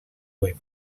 web